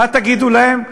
מה תגידו להם?